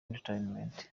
entertainment